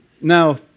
Now